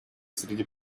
среди